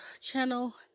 channel